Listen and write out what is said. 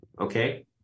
Okay